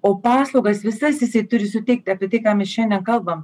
o paslaugas visas jisai turi suteikt apie tai ką mes šiandien kalbam